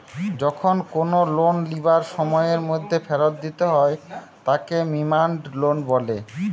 যখন কোনো লোন লিবার সময়ের মধ্যে ফেরত দিতে হয় তাকে ডিমান্ড লোন বলে